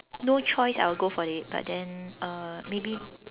no choice I would go for it but then uh maybe